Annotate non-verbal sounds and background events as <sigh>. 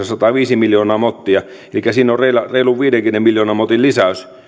<unintelligible> sataviisi miljoonaa mottia elikkä siinä on reilun viidenkymmenen miljoonan motin lisäys